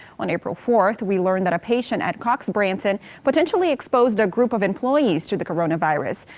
on april fourth we learned that a patient at cox branson potentially exposed a group of employees to the coronavirus.